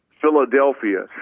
Philadelphia